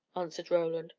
answered roland,